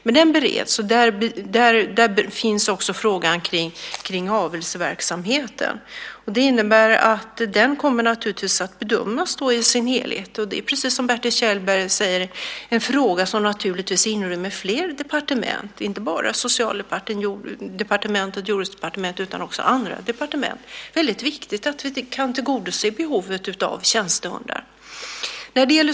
Men den bereds alltså, och där finns också frågan om avelsverksamheten. Det innebär att den kommer att bedömas i sin helhet. Det är precis som Bertil Kjellberg säger en fråga som inrymmer fler departement. Det är inte bara Socialdepartementet och Jordbruksdepartementet utan också andra departement. Det är väldigt viktigt att tillgodose behovet av tjänstehundar.